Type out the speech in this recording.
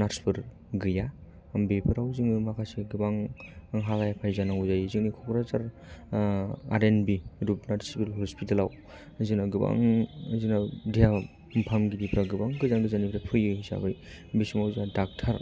nurse फोर गैया बेफोराव जोङो माखासे गोबां हालाय हाफाय जानांगौ जायो जोंनि Kokrajhar R N B Rupnath civil हस्पिटालाव जोंना गोबां बिदिनो देहा फाहामगिरिफ्रा गोबां गोजान गोजाननिफ्राय फैयो हिसाबै बे समाव जाहा डाक्टार